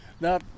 Now